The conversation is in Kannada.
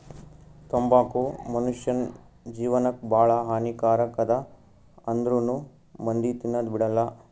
ತಂಬಾಕು ಮುನುಷ್ಯನ್ ಜೇವನಕ್ ಭಾಳ ಹಾನಿ ಕಾರಕ್ ಅದಾ ಆಂದ್ರುನೂ ಮಂದಿ ತಿನದ್ ಬಿಡಲ್ಲ